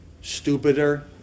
stupider